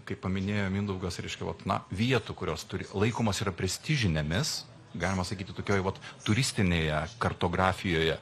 kaip paminėjo mindaugas reiškia vat na vietų kurios turi laikomos jau prestižinemis galima sakyti tokioj vat turistinėje kartografijoje